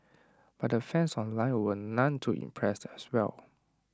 but the fans online were none too impressed as well